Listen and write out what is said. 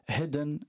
hidden